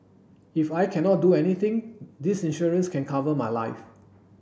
if I cannot do anything this insurance can cover my life